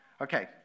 Okay